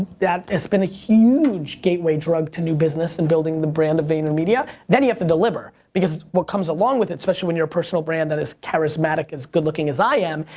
that has been a huge gateway drug to new business and building the brand of vaynermedia. then you have to deliver. because what comes along with it, especially when your a personal brand that is charismatic, as good looking as i am,